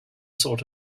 sort